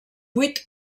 vuit